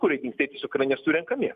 kur jie dingsta jie tiesiog yra nesurenkami